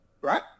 right